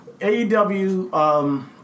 AEW